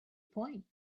point